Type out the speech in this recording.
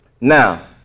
Now